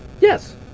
Yes